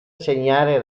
segnare